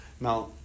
Now